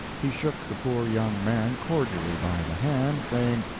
he shook the poor young man cordially by the hand, saying,